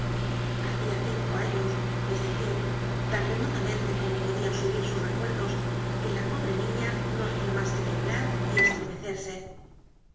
hacia cinco años es decir tan remotamente como podian subir sus recuerdos que la pobre niña no hacia mas que temblar y estremecerse